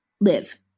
live